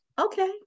Okay